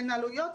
אין עלויות,